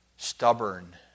stubborn